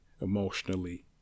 emotionally